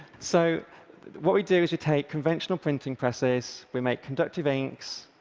so what we do is we take conventional printing presses, we make conductive inks,